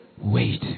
wait